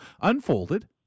unfolded